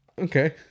Okay